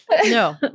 No